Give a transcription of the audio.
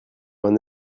vingt